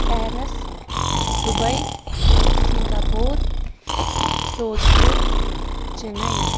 Paris Dubai Singapore Tokyo Chennai